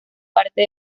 parte